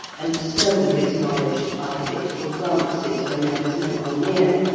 and stole his knowledge by fitful glances when there was no one near.